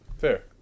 Fair